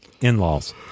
in-laws